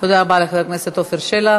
תודה רבה לחבר הכנסת עפר שלח.